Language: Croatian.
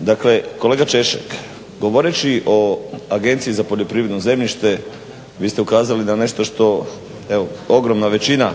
Dakle kolega Češek govoreći o agenciji za poljoprivredno zemljište vi ste ukazali da nešto što evo ogromna većina